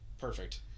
perfect